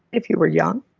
if you were young.